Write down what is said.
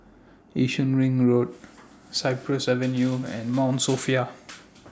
Yishun Ring Road Cypress Avenue and Mount Sophia